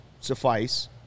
suffice